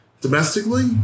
domestically